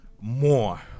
more